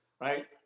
right